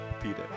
Peter